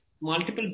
multiple